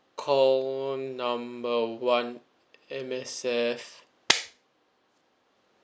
call number one M_S_F